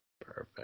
Perfect